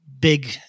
big